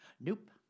Nope